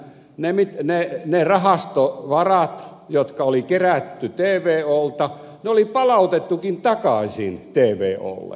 ne rahastovarat jotka oli kerätty tvolta oli palautettukin takaisin tvolle